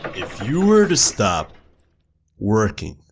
if you were to stop working,